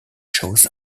shows